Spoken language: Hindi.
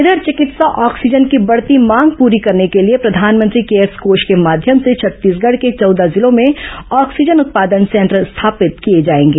इधर चिकित्सा ऑक्सीजन की बढ़ती मांग पूरी करने के लिए प्रधानमंत्री केयर्स कोष के माध्यम छत्तीसगढ़ के चौदह जिलों में ऑक्सीजन उत्पादन संयंत्र स्थापित किये जायेंगे